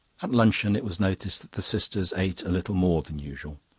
at luncheon it was noticed that the sisters ate a little more than usual.